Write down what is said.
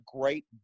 great